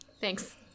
thanks